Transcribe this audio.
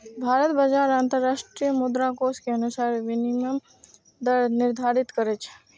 भारत बाजार आ अंतरराष्ट्रीय मुद्राकोष के अनुसार विनिमय दर निर्धारित करै छै